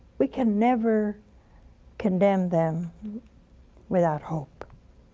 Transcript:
we can never condemn them without hope.